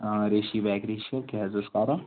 آ ریٖشی بیکری چھِ کیٛاہ حظ اوس کَرُن